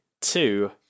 two